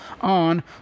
on